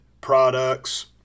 products